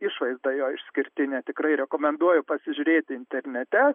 išvaizda jo išskirtinė tikrai rekomenduoju pasižiūrėti internete